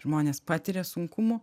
žmonės patiria sunkumų